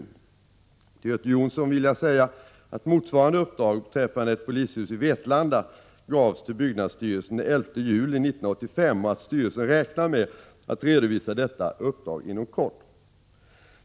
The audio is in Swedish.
Till Göte Jonsson vill jag säga att motsvarande uppdrag beträffande ett polishus i Vetlanda gavs till byggnadsstyrelsen den 11 juli 1985 och att styrelsen räknar med att redovisa detta uppdrag inom kort.